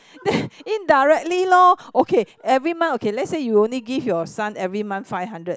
indirectly lor okay every month okay lets say you only give your son every month five hundred